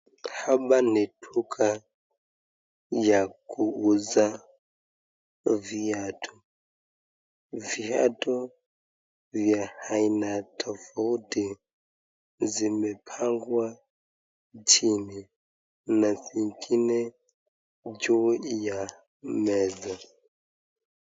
Hapa ni duka ya kuuza viatu. Viatu vya aina tofauti zimepangwa chini na zingine juu ya meza.